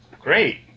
Great